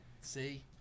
See